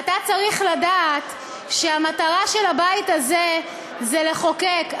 אתה צריך לדעת שהמטרה של הבית הזה היא לחוקק,